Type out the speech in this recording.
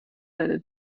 deine